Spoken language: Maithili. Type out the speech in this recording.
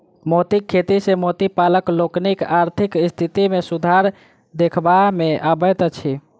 मोतीक खेती सॅ मोती पालक लोकनिक आर्थिक स्थिति मे सुधार देखबा मे अबैत अछि